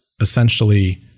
essentially